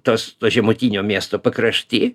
tos žemutinio miesto pakrašty